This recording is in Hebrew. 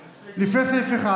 לפני סעיף 1,